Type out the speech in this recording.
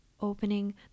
opening